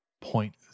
point